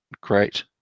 great